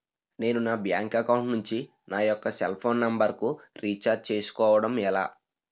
నేను నా bank account నుంచి నా యెక్క సెల్ ఫోన్ నంబర్ కు రీఛార్జ్ చేసుకోవడం ఎలా?